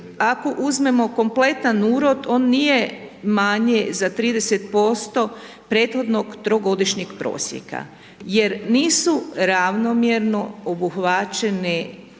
ako uzmemo kompletan urod, on nije manji za 30% prethodnog trogodišnjeg prosjeka jer nisu ravnomjerno obuhvaćeni